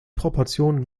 proportionen